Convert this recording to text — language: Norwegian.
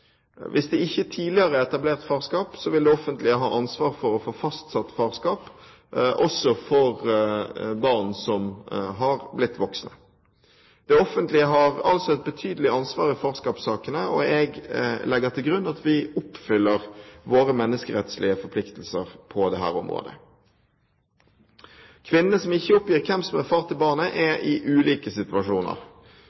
Hvis det ikke tidligere er etablert farskap, vil det offentlige ha ansvar for å få fastsatt farskap, også for barn som har blitt voksne. Det offentlige har altså et betydelig ansvar i farskapssakene, og jeg legger til grunn at vi oppfyller våre menneskerettslige forpliktelser på dette området. Kvinnene som ikke oppgir hvem som er far til barnet, er